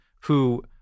who-